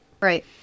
Right